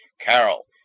Carol